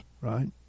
right